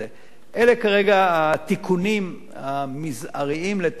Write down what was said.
אלה כרגע התיקונים, המזעריים מדי לטעמנו,